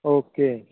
okay